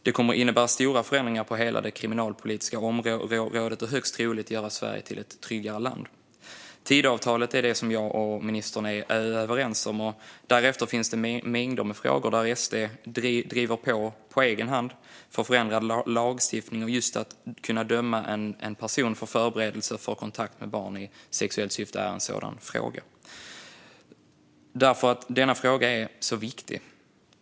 Det kommer att innebära stora förändringar på hela det kriminalpolitiska området och högst troligt göra Sverige till ett tryggare land. Tidöavtalet är det som ministern och jag är överens om. Därefter finns det mängder med frågor där SD på egen hand driver på för förändrad lagstiftning. Just att man ska kunna döma en person för förberedelse för kontakt med barn i sexuellt syfte är en sådan fråga. Denna fråga är nämligen viktig.